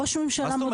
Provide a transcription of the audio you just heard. ראש ממשלה.